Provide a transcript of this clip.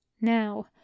Now